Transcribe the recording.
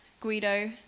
Guido